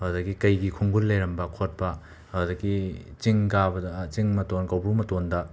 ꯑꯗꯒꯤ ꯀꯩꯒꯤ ꯈꯣꯡꯒꯨꯟ ꯂꯩꯔꯝꯕ ꯈꯣꯠꯄ ꯑꯗꯒꯤ ꯆꯤꯡ ꯀꯥꯕꯗ ꯆꯤꯡ ꯃꯇꯣꯟ ꯀꯧꯕ꯭ꯔꯨ ꯃꯇꯣꯟꯗ